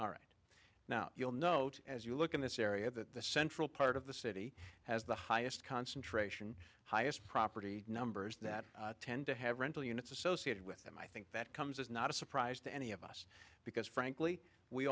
all right now you'll note as you look at this area that the central part of the city has the highest concentration highest property numbers that tend to have rental units associated with them i think that comes is not a surprise to any of us because frankly we